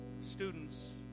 students